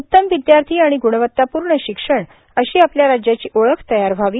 उत्तम विदयार्थी आणि ग्णवत्ताप्र्ण शिक्षण अशी आपल्या राज्याची ओळख तयार व्हावी